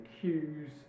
cues